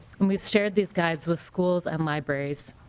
and we've shared these guides with schools and libraries.